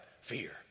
fear